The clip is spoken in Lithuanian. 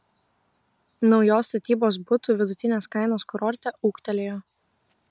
naujos statybos butų vidutinės kainos kurorte ūgtelėjo